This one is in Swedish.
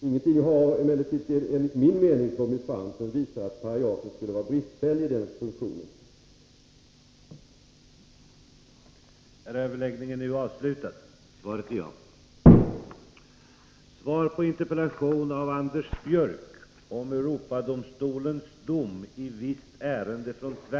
Ingenting har emellertid enligt min uppfattning kommit fram, som visar att paragrafen skulle vara bristfällig i fråga om den funktionen.